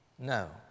No